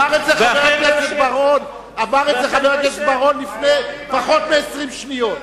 אמר את זה חבר הכנסת בר-און לפני פחות מ-20 שניות.